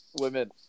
Women